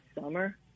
summer